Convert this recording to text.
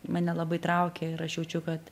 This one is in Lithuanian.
mane labai traukia ir aš jaučiu kad